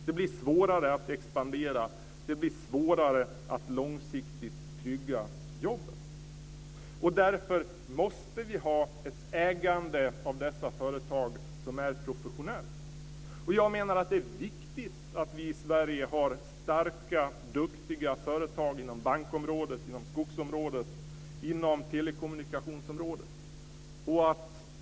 Det blir svårare att expandera. Det blir svårare att långsiktigt trygga jobben. Därför måste vi ha ett ägande av dessa företag som är professionellt. Jag menar att det är viktigt att vi i Sverige har starka, duktiga företag inom bankområdet, skogsområdet och telekommunikationsområdet.